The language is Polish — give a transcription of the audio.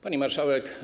Pani Marszałek!